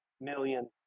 million